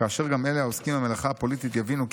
כאשר גם אלה העוסקים במלאכה הפוליטית יבינו כי